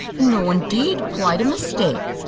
no, indeed quite a mistake,